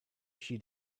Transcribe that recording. she